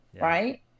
right